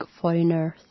foreigners